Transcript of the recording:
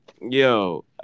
Yo